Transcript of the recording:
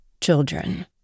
children